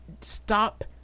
stop